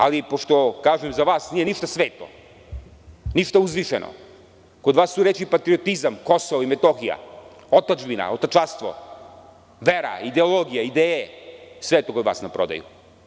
Ali, pošto za vas nije ništa sveto, ništa uzvišeno, kod vas su reči: patriotizam, Kosovo i Metohija, otadžbina, vera, ideologija, ideje – sve je to kod vas na prodaju.